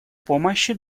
помощи